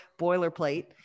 boilerplate